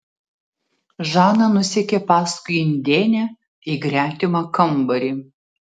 žana nusekė paskui indėnę į gretimą kambarį